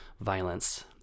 violence